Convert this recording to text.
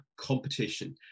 competition